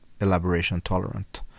elaboration-tolerant